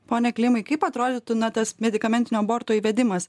pone klimai kaip atrodytų na tas medikamentinio aborto įvedimas